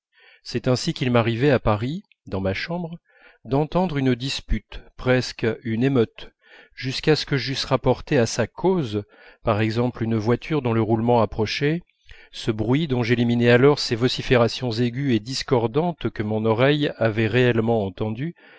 c'est ainsi qu'il m'arrivait à paris dans ma chambre d'entendre une dispute presque une émeute jusqu'à ce que j'eusse rapporté à sa cause par exemple une voiture dont le roulement approchait ce bruit dont j'éliminais alors les vociférations aiguës et discordantes que mon oreille avait réellement entendues